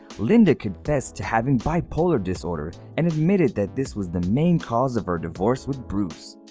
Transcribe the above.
linda confessed to having bipolar disorder and admitted that this was the main cause of her divorce with bruce.